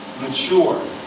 mature